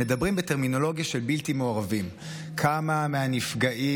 מדברים בטרמינולוגיה של בלתי מעורבים: כמה מהנפגעים